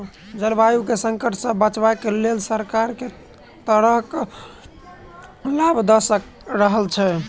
जलवायु केँ संकट सऽ बचाबै केँ लेल सरकार केँ तरहक लाभ दऽ रहल छै?